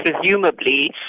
presumably